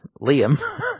Liam